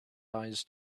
eyes